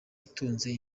itunze